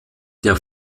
der